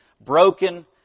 broken